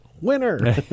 winner